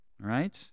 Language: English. right